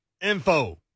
info